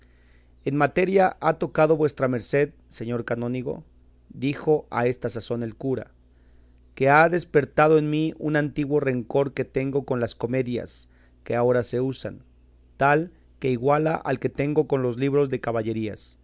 en materia ha tocado vuestra merced señor canónigo dijo a esta sazón el cura que ha despertado en mí un antiguo rancor que tengo con las comedias que agora se usan tal que iguala al que tengo con los libros de caballerías